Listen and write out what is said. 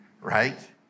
right